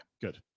Good